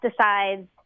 pesticides